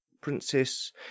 princess